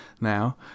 now